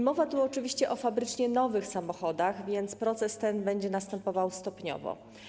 Mowa tu oczywiście o fabrycznie nowych samochodach, więc proces ten będzie następował stopniowo.